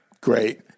Great